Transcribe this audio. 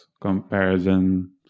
comparison